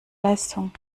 leistung